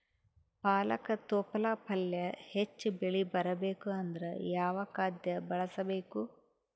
ಪಾಲಕ ತೊಪಲ ಪಲ್ಯ ಹೆಚ್ಚ ಬೆಳಿ ಬರಬೇಕು ಅಂದರ ಯಾವ ಖಾದ್ಯ ಬಳಸಬೇಕು?